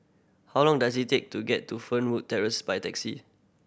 how long does it take to get to Fernwood Terrace by taxi